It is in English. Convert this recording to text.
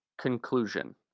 Conclusion